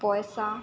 পইচা